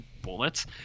bullets